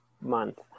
month